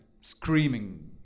screaming